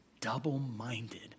double-minded